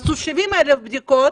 עשו 70,000 בדיקות